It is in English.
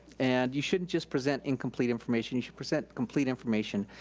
and you shouldn't just present incomplete information. you should present complete information.